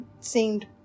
seemed